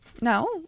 No